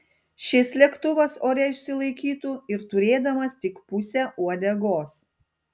šis lėktuvas ore išsilaikytų ir turėdamas tik pusę uodegos